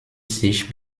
sich